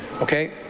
okay